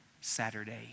Saturday